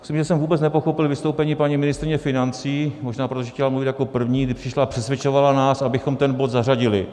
Myslím, že jsem vůbec nepochopil vystoupení paní ministryně financí, možná proto, že chtěla mluvit jako první, kdy přišla a přesvědčovala nás, abychom ten bod zařadili.